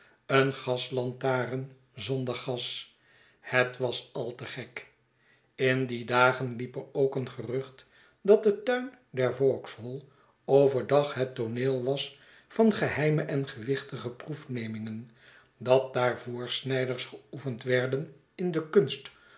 een gaslantaren zonder gas het was al te gek in die dagen liep er ook een gerucht dat de tuin der vauxhall over dag het tooneel was van geheime en gewichtige proefnemingen dat daar voorsnijders geoefend werd en in de kunst